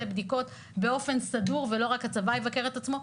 בדיקות באופן סדור ולא רק הצבא יבקר את עצמו.